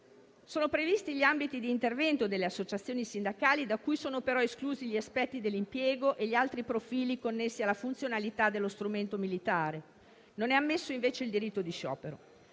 Sono previsti gli ambiti di intervento delle associazioni sindacali da cui sono però esclusi gli aspetti dell'impiego e gli altri profili connessi alla funzionalità dello strumento militare. Non è ammesso invece il diritto di sciopero.